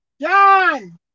John